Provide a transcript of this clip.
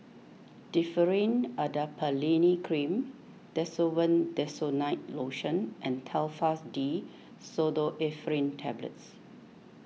Differin Adapalene Cream Desowen Desonide Lotion and Telfast D Pseudoephrine Tablets